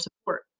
support